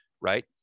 Right